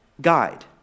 Guide